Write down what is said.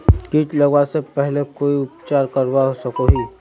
किट लगवा से पहले कोई उपचार करवा सकोहो ही?